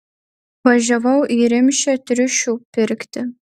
važiavau į rimšę triušių pirkti